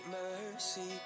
mercy